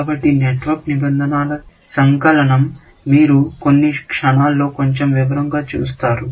కాబట్టి నెట్వర్క్ నిబంధనల సంకలనం మీరు కొన్ని క్షణంలో కొంచెం వివరంగా చూస్తారు